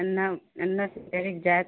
एन्ने एन्ने तऽ पैघ जाइत